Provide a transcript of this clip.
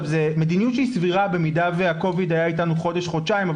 זו מדיניות שהיא סבירה במידה שה-covid היה איתנו חודש-חודשיים,